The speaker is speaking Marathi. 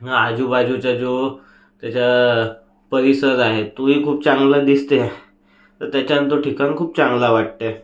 आजूबाजूचा जो त्याचा परिसर आहे तोही खूप चांगला दिसते तर त्याच्यानं तो ठिकाण खूप चांगला वाटते